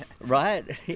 right